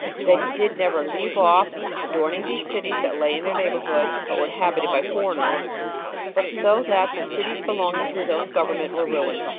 that he did never leave off adorning these cities that lay in their neighborhood, but were inhabited by foreigners but so that the cities belonging to his own government were ruined,